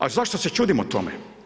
A zašto se čudimo tome?